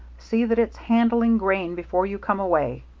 see that it's handling grain before you come away.